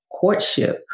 courtship